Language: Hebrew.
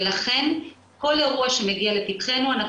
ולכן כל אירוע שמגיע לפתחנו אנחנו